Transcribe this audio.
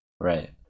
right